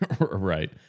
Right